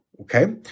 Okay